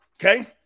Okay